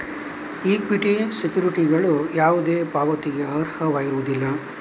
equity ಸೆಕ್ಯುರಿಟಿಗಳು ಯಾವುದೇ ಪಾವತಿಗೆ ಅರ್ಹವಾಗಿರುವುದಿಲ್ಲ